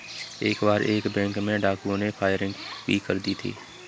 एक बार एक बैंक में डाकुओं ने फायरिंग भी कर दी थी